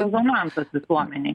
rezonansas visuomenėj